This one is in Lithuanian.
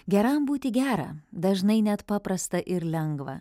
geram būti gera dažnai net paprasta ir lengva